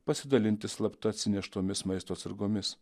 pasidalinti slapta atsineštomis maisto atsargomis